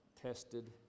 tested